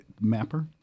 mapper